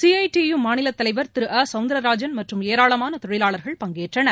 C I T U மாநிலத்தலைவர் திரு அ சௌந்தரராஜன் மற்றும் ஏராளமான தொழிலாளர்கள் பங்கேற்றனர்